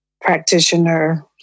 practitioner